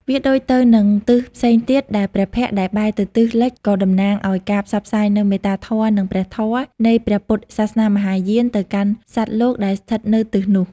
វាដូចទៅនឹងទិសផ្សេងទៀតដែរ ព្រះភ័ក្ត្រដែលបែរទៅទិសលិចក៏តំណាងឱ្យការផ្សព្វផ្សាយនូវ មេត្តាធម៌និងព្រះធម៌ នៃព្រះពុទ្ធសាសនាមហាយានទៅកាន់សត្វលោកដែលស្ថិតនៅទិសនោះ។